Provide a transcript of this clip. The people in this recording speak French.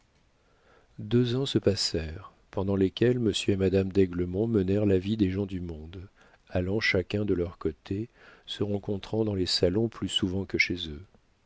deux ans se passèrent pendant lesquels monsieur et madame d'aiglemont menèrent la vie des gens du monde allant chacun de leur côté se rencontrant dans les salons plus souvent que chez eux